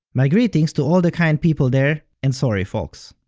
my greetings to all the kind people there, and sorry folks!